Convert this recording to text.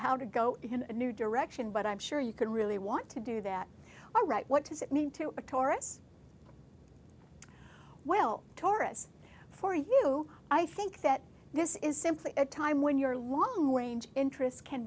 how to go in a new direction but i'm sure you could really want to do that all right what does it mean to a taurus well taurus for you i think that this is simply a time when your long range interests can